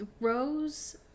Rose